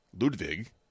Ludwig